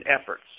efforts